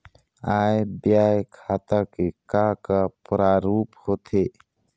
आय व्यय खाता के का का प्रारूप होथे?